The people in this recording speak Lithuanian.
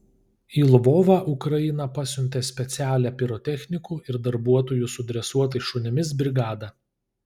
į lvovą ukraina pasiuntė specialią pirotechnikų ir darbuotojų su dresuotais šunimis brigadą